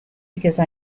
because